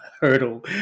hurdle